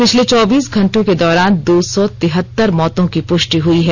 पिछले चौबीस घंटों के दौरान दो सौ तिहतर मौतों की पुष्टि हुई है